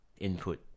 input